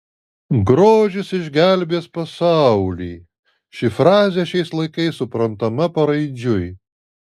grožis išgelbės pasaulį ši frazė šiais laikais suprantama paraidžiui